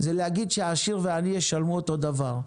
זה להגיד שהעשיר והעני ישלמו אותו דבר.